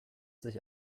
sich